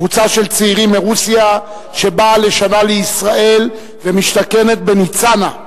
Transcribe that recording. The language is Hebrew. קבוצה של צעירים מרוסיה שבאה לשנה לישראל ומשתכנת בניצנה.